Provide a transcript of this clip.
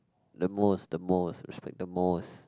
the most the most we should like the most